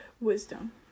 wisdom